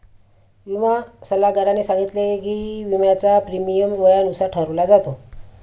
विमा सल्लागाराने सांगितले की, विम्याचा प्रीमियम वयानुसार ठरवला जातो